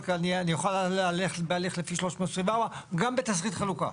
אני אוכל ללכת בהליך לפי 324, גם בתסריט חלוקה.